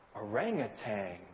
orangutan